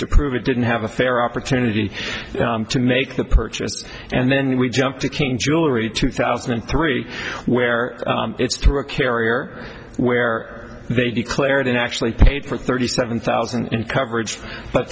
to prove it didn't have a fair opportunity to make the purchase and then we jump to cain jewelry two thousand and three where it's through a carrier where they declare it in actually paid for thirty seven thousand and coverage but